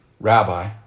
Rabbi